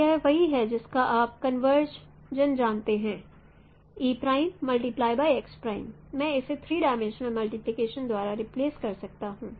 तो यह वही है जिसका आप कन्वर्जन जानते हैं मैं इसे थ्री डायमेंशनल मल्टीप्लिकेशन द्वारा रिप्लेस कर सकता हूं